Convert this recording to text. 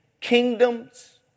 kingdoms